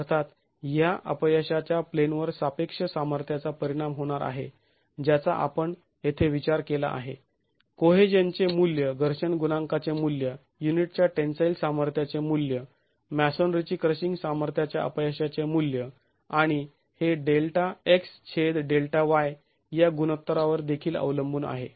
अर्थात ह्या अपयशाच्या प्लेनवर सापेक्ष सामर्थ्याचा परिणाम होणार आहे ज्याचा आपण येथे विचार केला आहे कोहेजनचे मूल्य घर्षण गुणांकाचे मूल्य युनिटच्या टेन्साईल सामर्थ्याचे मूल्य मॅसोनरीची क्रशिंग सामर्थ्याच्या अपयशाचे मूल्य आणि हे Δx छेद Δy या गुणोत्तरावर देखील अवलंबून आहे